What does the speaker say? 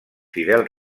fidel